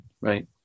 Right